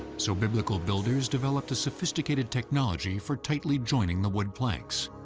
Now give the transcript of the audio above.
so biblical builders developed a sophisticated technology for tightly joining the wood planks.